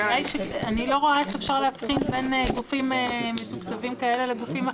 אני לא רואה איך אפשר להבחין בין גופים מתוקצבים כאלה לגופים אחרים.